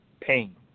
pain